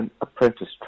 apprentice